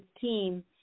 team